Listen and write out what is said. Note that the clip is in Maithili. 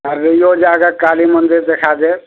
अररियो जाकऽ काली मन्दिर देखाय देब